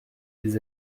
des